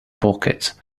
pockets